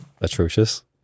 atrocious